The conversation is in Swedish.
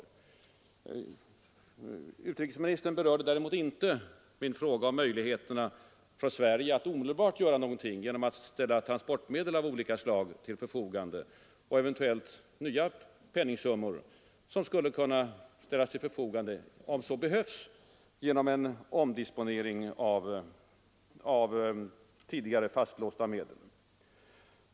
Men utrikesministern berörde inte min fråga om möjligheterna för Sverige att omedelbart göra någonting genom att ställa transportmedel av olika slag till förfogande, eventuellt också nya penningsummor — om så skulle behövas — genom en omdisponering av tidigare fastlåsta medel.